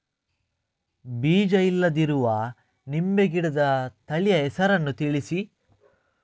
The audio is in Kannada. ಬೀಜ ಇಲ್ಲದಿರುವ ನಿಂಬೆ ಗಿಡದ ತಳಿಯ ಹೆಸರನ್ನು ತಿಳಿಸಿ?